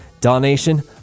Donation